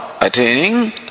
attaining